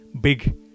big